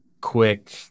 quick